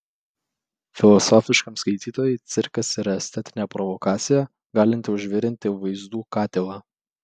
filosofiškam skaitytojui cirkas yra estetinė provokacija galinti užvirinti vaizdų katilą